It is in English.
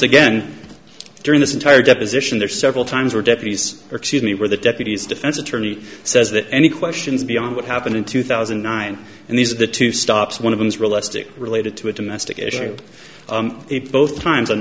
again during this entire deposition there are several times where deputies or excuse me where the deputies defense attorney says that any questions beyond what happened in two thousand and nine and these are the two stops one of them is realistic related to a domestic issue both times on